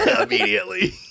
immediately